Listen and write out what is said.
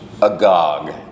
agog